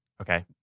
Okay